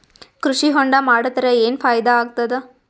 ಕೃಷಿ ಹೊಂಡಾ ಮಾಡದರ ಏನ್ ಫಾಯಿದಾ ಆಗತದ?